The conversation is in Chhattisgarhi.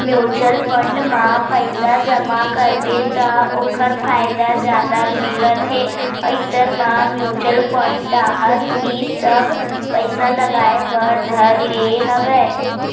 म्युचुअल फंड म पइसा जमा करबे त ओखर फायदा जादा मिलत हे इसन म म्युचुअल फंड डाहर ही सब पइसा लगाय बर धर ले हवया